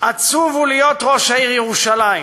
"עצוב הוא להיות / ראש העיר ירושלים /